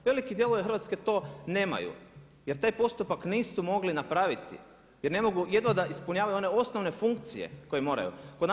Veliki dijelovi Hrvatske to nemaju jer taj postupak nisu mogli napraviti jer ne mogu, jedv da ispunjavaju one osnovne funkcije koje moraju.